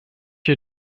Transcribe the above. you